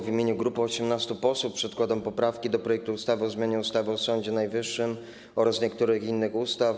W imieniu grupy 18 posłów przedkładam poprawki do projektu ustawy o zmianie ustawy o Sądzie Najwyższym oraz niektórych innych ustaw.